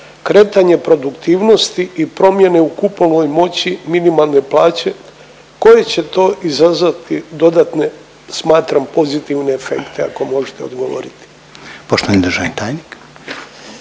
kretanje produktivnosti i promjene u kupovnoj moći minimalne plaće koji će to izazvati dodatne smatram, pozitivne efekte, ako možete odgovoriti.